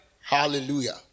Hallelujah